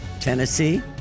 Tennessee